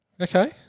Okay